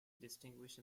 distinguish